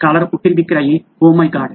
scholar ఉక్కిరిబిక్కిరి అయి oh my God